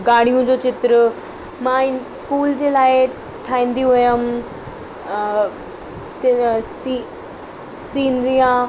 गाड़ियूं जो चित्र मां इन स्कूल जे लाइ ठाहींदी हुअमि सीनरीयां